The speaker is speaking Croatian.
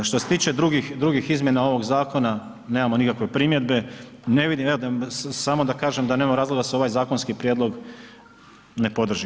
Što se tiče drugih izmjena ovog zakona, nemamo nikakve primjedbe ne vidim, samo da kažem, da nema razloga da se ovaj zakonski prijedlog ne podrži.